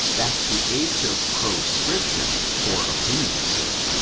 that the age of proscription for opinion's sake,